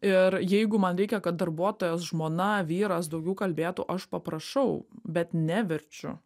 ir jeigu man reikia kad darbuotojas žmona vyras daugiau kalbėtų aš paprašau bet neverčiu